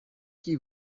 qui